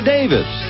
Davis